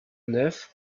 neuf